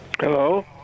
Hello